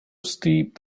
steep